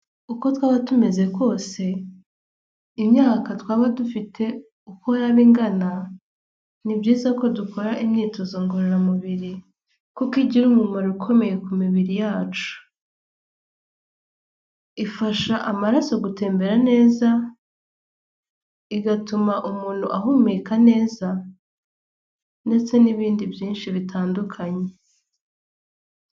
Uko twaba tumeze kose imyaka twaba dufite uko yaba ingana ni byiza ko dukora imyitozo ngororamubiri, kuko igira umumaro ukomeye ku mibiri yacu, ifasha amaraso gutembera neza igatuma umuntu ahumeka neza, ndetse n'ibindi byinshi bitandukanye.